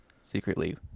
secretly